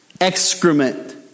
Excrement